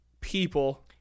people